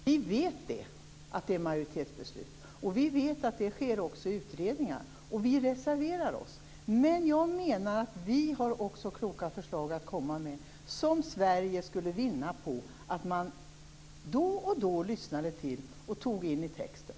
Herr talman! Vi vet att det är majoritetsbeslut. Vi vet att det också sker utredningar, och vi reserverar oss. Men jag menar att vi också har kloka förslag att komma med som Sverige skulle vinna på att man då och då lyssnade på och tog in i texten.